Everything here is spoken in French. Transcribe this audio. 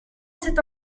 cet